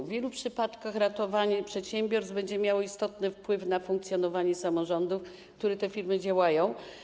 W wielu przypadkach ratowanie przedsiębiorstw będzie miało istotny wpływ na funkcjonowanie samorządu, w przypadku którego te firmy działają.